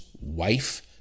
wife